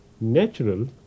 natural